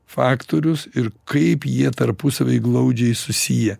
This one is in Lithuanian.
faktorius ir kaip jie tarpusavyje glaudžiai susiję